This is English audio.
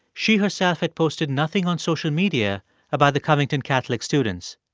she herself had posted nothing on social media about the covington catholic students.